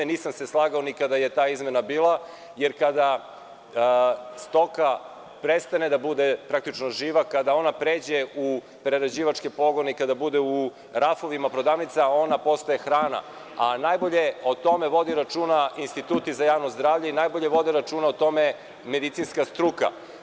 Nisam se slagao ni kada je ta izmena bila jer kada stoka prestane da bude praktično živa, kada ona pređe u prerađivačke pogone, kada bude u rafovima prodavnica, ona postaje hrana, a najbolje o tome vodi računa instituti za javno zdravlje i najbolje vode računa o tome medicinska struka.